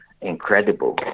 incredible